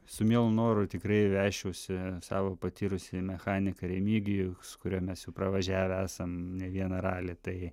su mielu noru tikrai veščiausi savo patyrusį mechaniką remigijų su kuriuo mes jau pravažiavę esam ne vieną ralį tai